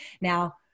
Now-